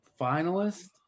finalist